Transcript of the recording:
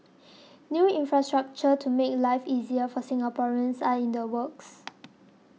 new infrastructure to make life easier for Singaporeans are in the works